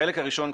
החלק הראשון,